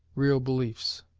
real beliefs.